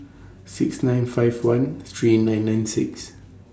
six nine five one three nine nine six